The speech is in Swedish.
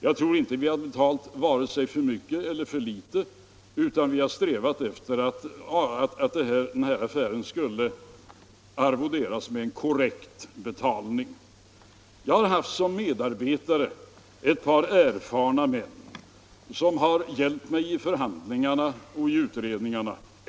Jag tror inte att vi har betalat vare sig för mycket eller för litet, utan vi har strävat efter att den här affären skulle göras upp med en korrekt betalning. Jag har som medarbetare haft ett par erfarna män, som har hjälpt mig i förhandlingarna och i utredningarna.